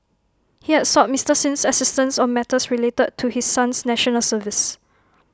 he had sought Mister Sin's assistance on matters related to his son's National Service